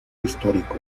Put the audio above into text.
histórico